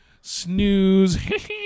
snooze